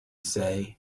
say